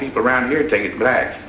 people around here take it back